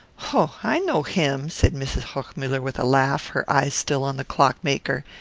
ho i know him, said mrs. hochmuller with a laugh, her eyes still on the clock-maker.